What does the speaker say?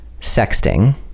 sexting